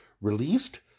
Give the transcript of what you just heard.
released